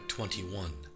Twenty-One